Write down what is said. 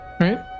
right